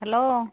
hello